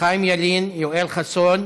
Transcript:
חיים ילין, יואל חסון,